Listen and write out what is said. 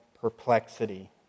perplexity